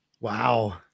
wow